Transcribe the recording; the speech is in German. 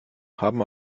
haben